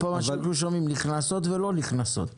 כפי שאנחנו שומעים פה, נכנסות ולא נכנסות.